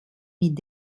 mit